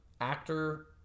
actor